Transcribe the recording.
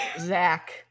Zach